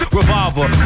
revolver